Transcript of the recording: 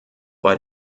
bei